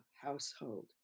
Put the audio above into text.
household